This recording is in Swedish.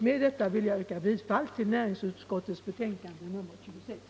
Med detta ber jag att få yrka bifall till näringsutskottets hemställan i betänkande nr 26.